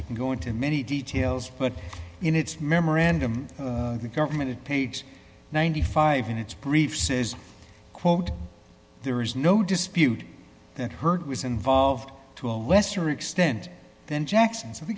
i can go into many details but in its memorandum the government of page ninety five in its brief says quote there is no dispute that heard was involved to a lesser extent than jackson's or the